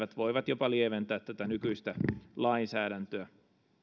voivat jopa lieventää tätä nykyistä lainsäädäntöä